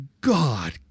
God